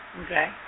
Okay